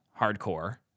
hardcore